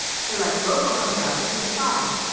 select local and browse to the file.